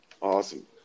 Awesome